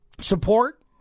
support